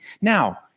Now